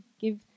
give